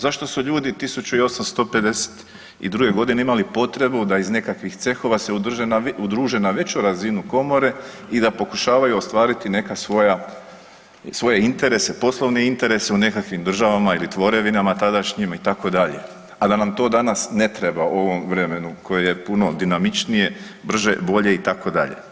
Zašto su ljudi 1852. g. imali potrebu da iz nekakvih cehova se udruže na veću razinu Komore i da pokušavaju ostvariti neka svoje interese, poslovne interese u nekakvim državama ili tvorevinama tadašnjim, itd., a da nam to danas ne treba u ovom vremenu koje je puno dinamičnije, brže, bolje, itd.